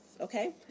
Okay